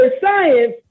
science